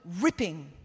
ripping